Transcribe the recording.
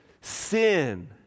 sin